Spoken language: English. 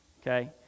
okay